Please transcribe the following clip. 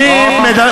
או,